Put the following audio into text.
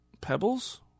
Pebbles